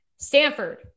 Stanford